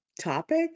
topic